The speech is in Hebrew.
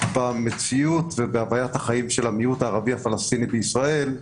בהוויית החיים של הציבור הערבי-פלסטיני בישראל.